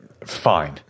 Fine